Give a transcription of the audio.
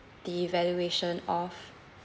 the evaluation of